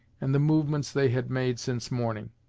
and the movements they had made since morning.